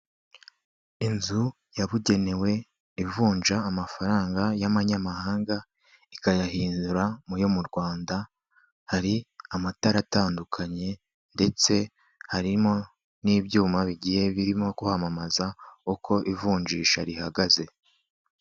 Inzu yabugenewe ivunja amafaranga y'amanyamahanga ikayahindura mu yo mu Rwanda hari amatara atandukanye ndetse harimo n'ibyuma bigiye birimo kwamamaza uko ivunjisha rihagaze.